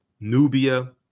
Nubia